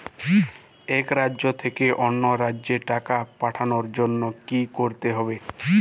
এক রাজ্য থেকে অন্য রাজ্যে টাকা পাঠানোর জন্য কী করতে হবে?